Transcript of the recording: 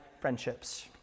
friendships